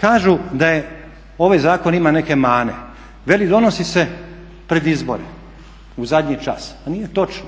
Kažu da ovaj zakon ima neke mane, veli donosi se pred izbore, u zadnji čas. Pa nije točno.